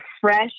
fresh